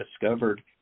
discovered